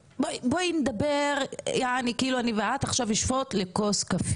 ופתאום את אומרת אני לא יודעת אם את רצית דבר כזה.